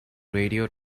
radio